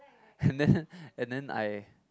and then and then I